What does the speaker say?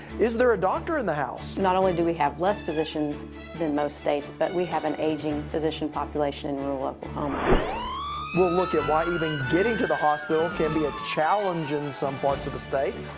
is there a doctor in the house? not only do we have less physicians than most states but we have an aging physician population in rural oklahoma. rob we'll look at why even getting to the hospital can be a challenge in some parts of the state.